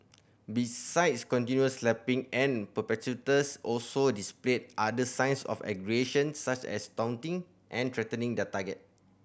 besides continual slapping and perpetrators also displayed other signs of aggression such as taunting and threatening their target